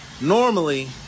normally